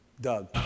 Doug